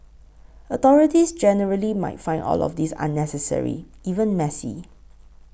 authorities generally might find all of this unnecessary even messy